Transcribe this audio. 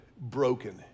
broken